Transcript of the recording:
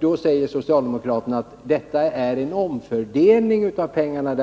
Då säger socialdemokraterna att det är fråga om en omfördelning av pengar